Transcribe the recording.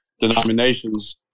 denominations